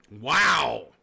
Wow